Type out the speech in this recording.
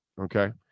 okay